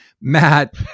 matt